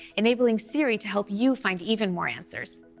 enabling siri to help you find even more answers.